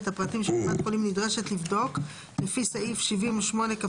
את הפרטים שקופת החולים נדרשת לבדוק לפי סעיף 78כז(א),